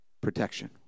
protection